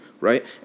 right